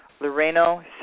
Loreno